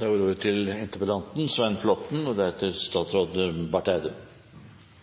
Takk for mange interessante innlegg om norsk landbrukspolitikk, om importvern og